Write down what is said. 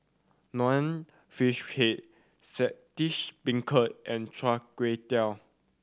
Nonya Fish Head Saltish Beancurd and chai kuay